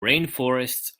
rainforests